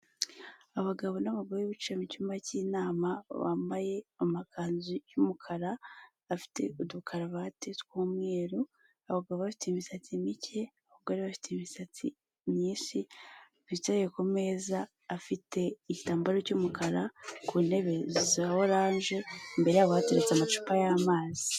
Abagabo n'abagore bicaye mu cyumba cy'inama bambaye amakanzu y'umukara afite udukaravati tw'umweru abagabo bafite imisatsi mike abagore bafite imisatsi myinshi bicaye ku meza afite igitambaro cy'umukara ku ntebe za oranje, imbere yabo hateretse amacupa y'amazi.